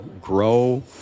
grow